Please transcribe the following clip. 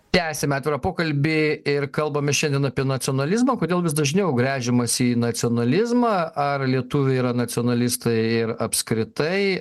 tęsiame atvirą pokalbį ir kalbame šiandien apie nacionalizmą kodėl vis dažniau gręžiamasi į nacionalizmą ar lietuviai yra nacionalistai ir apskritai